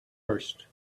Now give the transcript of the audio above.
first